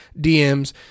DMS